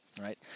Right